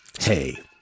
Hey